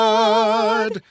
God